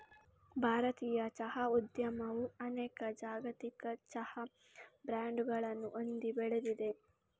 ಭಾರತೀಯ ಚಹಾ ಉದ್ಯಮವು ಅನೇಕ ಜಾಗತಿಕ ಚಹಾ ಬ್ರಾಂಡುಗಳನ್ನು ಹೊಂದಿ ಬೆಳೆದಿದೆ